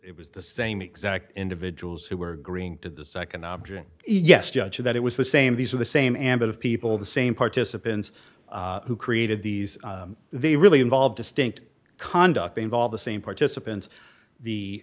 it was the same exact individuals who were agreeing to the nd object yes judge that it was the same these are the same ambit of people the same participants who created these they really involve distinct conduct they involve the same participants the